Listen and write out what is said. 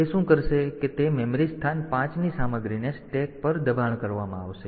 તેથી તે શું કરશે કે તે મેમરી સ્થાન 5 ની સામગ્રીને સ્ટેક પર દબાણ કરવામાં આવશે